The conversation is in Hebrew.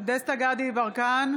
דסטה גדי יברקן,